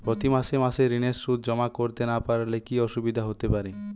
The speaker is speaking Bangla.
প্রতি মাসে মাসে ঋণের সুদ জমা করতে না পারলে কি অসুবিধা হতে পারে?